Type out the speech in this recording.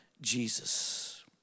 Jesus